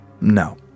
No